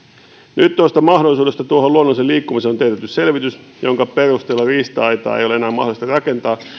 nyt tuosta mahdollisuudesta luonnolliseen liikkumiseen on teetetty selvitys jonka perusteella riista aitaa ei ole enää mahdollista rakentaa